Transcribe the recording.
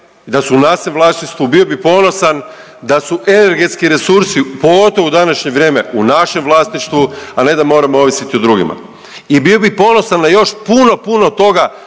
da su u našem vlasništvu, bio bi ponosan da su energetski resursi, pogotovo u današnje vrijeme u našem vlasništvu, a ne da moramo ovisiti o drugima i bio bi ponosan na još puno puno toga